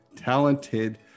talented